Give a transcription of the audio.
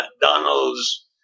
McDonald's